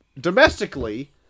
Domestically